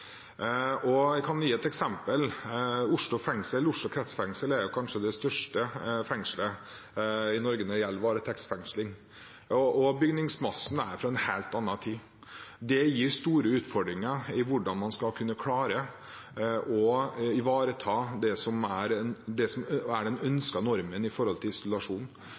og ikke på lavsikkerhet. Jeg kan gi et eksempel: Oslo fengsel er kanskje det største fengslet i Norge når det gjelder varetektsfengsling, og bygningsmassen er fra en helt annen tid. Det gir store utfordringer for hvordan man skal klare å ivareta den ønskede normen for isolasjon. Derfor er det så viktig at man får en bygningsmasse som er